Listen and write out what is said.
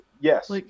yes